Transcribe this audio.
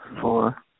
four